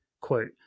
Quote